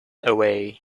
away